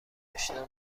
آشنا